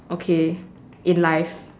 okay in life